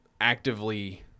actively